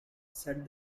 said